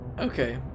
Okay